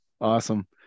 awesome